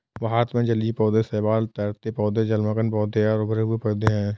भारत में जलीय पौधे शैवाल, तैरते पौधे, जलमग्न पौधे और उभरे हुए पौधे हैं